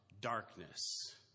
darkness